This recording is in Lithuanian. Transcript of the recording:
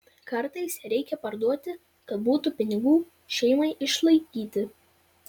kartais reikia parduoti kad būtų pinigų šeimai išlaikyti